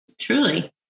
Truly